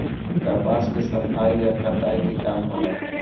कपास के सफाई आ कताई के काम होला